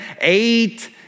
eight